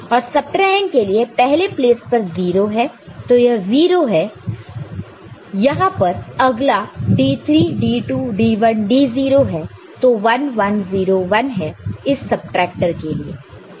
और सबट्राहैंड के लिए पहले प्लेस पर 0 है तो यह 0 है यहां पर अगला d3 d2 d1 d0 है तो 1 1 0 1 है इस सबट्रैक्टर के लिए